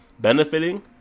benefiting